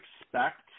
expect